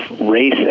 race